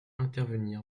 intervenir